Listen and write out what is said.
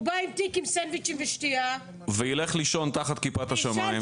אם הוא בא עם תיק עם סנדוויצ'ים ושתיה -- וילך לישון תחת כיפת השמיים.